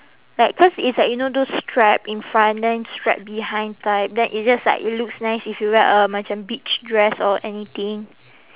like cause it's like you know those strap in front then strap behind type then it's just like it looks nice if you wear a macam beach dress or anything